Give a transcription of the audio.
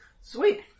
Sweet